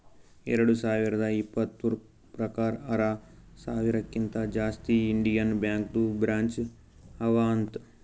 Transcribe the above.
ಎರಡು ಸಾವಿರದ ಇಪ್ಪತುರ್ ಪ್ರಕಾರ್ ಆರ ಸಾವಿರಕಿಂತಾ ಜಾಸ್ತಿ ಇಂಡಿಯನ್ ಬ್ಯಾಂಕ್ದು ಬ್ರ್ಯಾಂಚ್ ಅವಾ ಅಂತ್